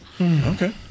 Okay